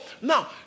now